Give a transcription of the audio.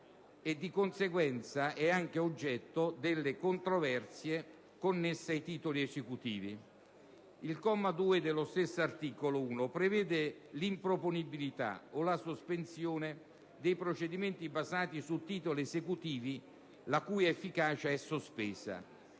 e di conseguenza è anche oggetto delle controversie connesse ai titoli esecutivi. Il comma 2 dello stesso articolo 1 prevede l'improponibilità o la sospensione dei procedimenti basati su titoli esecutivi la cui efficacia è sospesa.